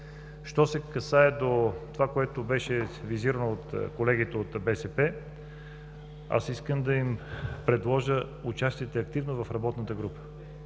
Що се касае до това, което беше визирано от колегите от БСП, аз искам да им предложа – участвайте активно в работната група,